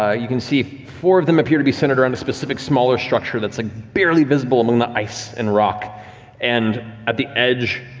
ah you can see four of them appear to be centered around a specific smaller structure that's like barely visible among the ice and rock and at the edge,